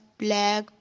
black